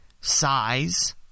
Size